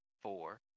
four